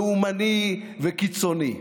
לאומני וקיצוני.